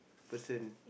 person